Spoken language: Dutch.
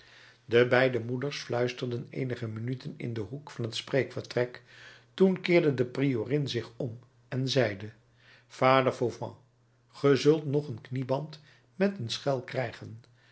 de beide moeders fluisterden eenige minuten in den hoek van het spreekvertrek toen keerde de priorin zich om en zeide vader fauvent ge zult nog een knieband met een schel krijgen